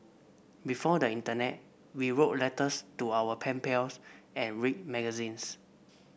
before the internet we wrote letters to our pen pals and read magazines